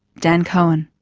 dan kohen.